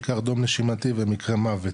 בעיקר דום נשימתי ומקרה מוות